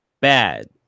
bad